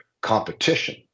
competition